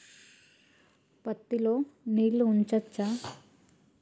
పత్తి లో నీళ్లు ఉంచచ్చా?